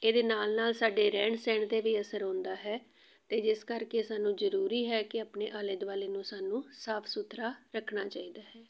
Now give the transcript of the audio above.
ਇਹਦੇ ਨਾਲ ਨਾਲ ਸਾਡੇ ਰਹਿਣ ਸਹਿਣ 'ਤੇ ਵੀ ਅਸਰ ਹੁੰਦਾ ਹੈ ਅਤੇ ਜਿਸ ਕਰਕੇ ਸਾਨੂੰ ਜ਼ਰੂਰੀ ਹੈ ਕਿ ਆਪਣੇ ਆਲੇ ਦੁਆਲੇ ਨੂੰ ਸਾਨੂੰ ਸਾਫ ਸੁਥਰਾ ਰੱਖਣਾ ਚਾਹੀਦਾ ਹੈ